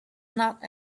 not